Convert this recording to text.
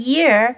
Year